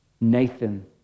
Nathan